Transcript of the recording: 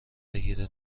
بگیره